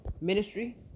ministry